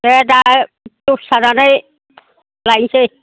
दे दा दसे थानानै लायनोसै